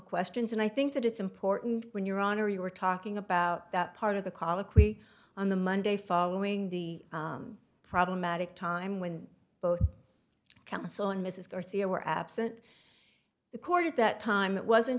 questions and i think that it's important when your honor you were talking about that part of the colloquy on the monday following the problematic time when both counsel and mrs garcia were absent the court at that time it wasn't